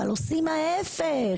אבל עושים ההפך.